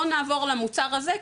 בוא נעבור למוצר הזה,